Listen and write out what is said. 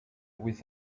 with